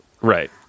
Right